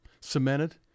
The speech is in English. cemented